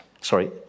sorry